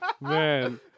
Man